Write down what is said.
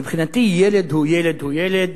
מבחינתי ילד הוא ילד הוא ילד,